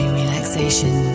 relaxation